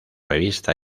revista